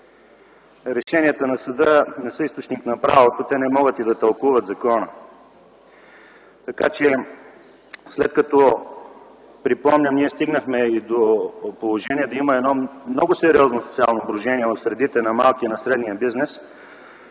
Решенията на съда не са източник на правото. Те не могат и да тълкуват закона. Така че, след като, припомням, ние стигнахме и до положение да има едно много сериозно социално брожение в средите на малкия и средния бизнес,